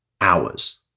hours